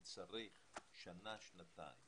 שצריך שנה-שנתיים